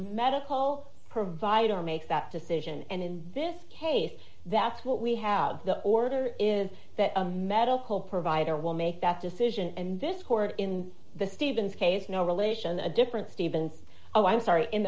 medical provider makes that decision and in this case that's what we have the order is that a medical provider will make that decision and this court in the stevens case no relation a different stevens oh i'm sorry in